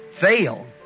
fail